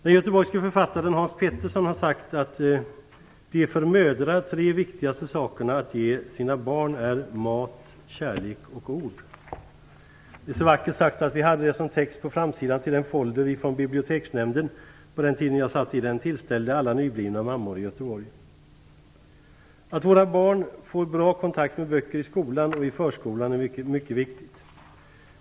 Den göteborgske författaren Hans Pettersson har sagt att de för mödrar tre viktigaste sakerna att ge sina barn är mat, kärlek och ord. Det är så vackert sagt att vi hade det som text på framsidan till en folder vi från Biblioteksnämnden på den tiden jag satt i den tillställde alla nyblivna mammor i Göteborg. Att våra barn får bra kontakt med böcker i skolan och i förskolan är mycket viktigt.